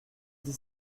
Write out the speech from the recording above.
dix